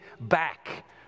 back